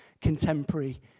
contemporary